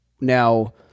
now